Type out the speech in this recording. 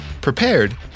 prepared